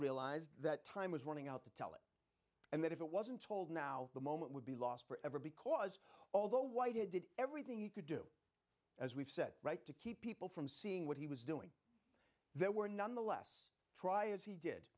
realized that time was running out to tell it and that if it wasn't told now the moment would be lost forever because although white it did everything he could do as we've said right to keep people from seeing what he was doing there were none the less try as he did